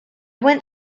went